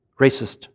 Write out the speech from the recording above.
racist